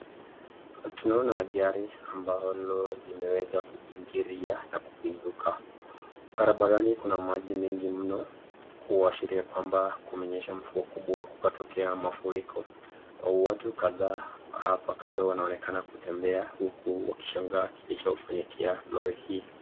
Tunaona gari ambalo limeweza kubingiria na kupinduka. Barabarani kuna maji mengi mno, kuashiria kwamba kumenyesha mvua kubwa kukatokea mafuriko. Watu kadhaa hapa kando wanaonekana kutembea huku wakishangaa kilichofanyikia lori hii.